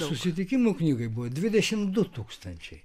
susitikimų knygai buvo dvidešimt du tūkstančiai